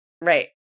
Right